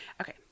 okay